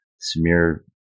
smear